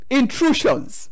intrusions